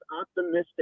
optimistic